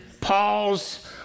Paul's